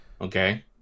Okay